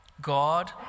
God